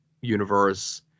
Universe